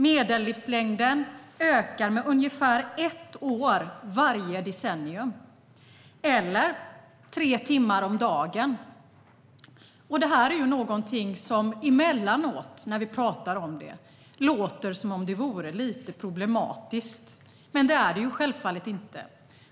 Medellivslängden ökar med ungefär ett år varje decennium eller tre timmar om dagen. Det här är någonting som emellanåt när vi talar om det låter som om det vore lite problematiskt. Det är det självfallet inte.